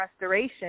restoration